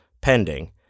pending